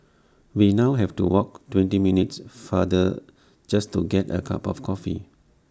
we now have to walk twenty minutes farther just to get A cup of coffee